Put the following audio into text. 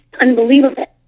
unbelievable